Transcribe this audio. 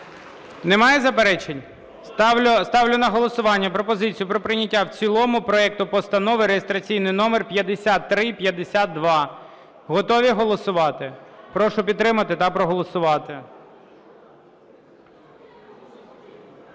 Немає заперечень? Ставлю на голосування пропозицію про прийняття в цілому проект Постанови реєстраційний номер 5352. Готові голосувати? Прошу підтримати та проголосувати.